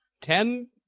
ten